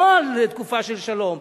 לא על תקופה של שלום.